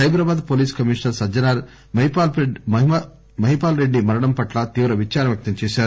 Cyberabad police commissioner Sajjanar Mahipal Reddy మరణం పట్ల తీవ్ర విచారం వ్యక్తం చేశారు